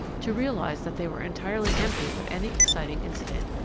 to realize that they were entirely empty of any exciting incident.